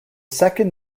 second